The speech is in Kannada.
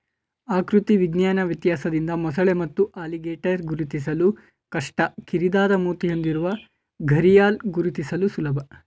ಆಕೃತಿ ವಿಜ್ಞಾನ ವ್ಯತ್ಯಾಸದಿಂದ ಮೊಸಳೆ ಮತ್ತು ಅಲಿಗೇಟರ್ ಗುರುತಿಸಲು ಕಷ್ಟ ಕಿರಿದಾದ ಮೂತಿ ಹೊಂದಿರುವ ಘರಿಯಾಲ್ ಗುರುತಿಸಲು ಸುಲಭ